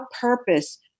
purpose